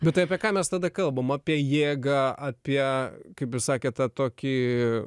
bet tai apie ką mes tada kalbam apie jėgą apie kaip ir sakė tą tokį